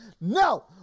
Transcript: no